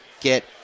get